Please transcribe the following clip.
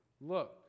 Look